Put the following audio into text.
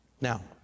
Now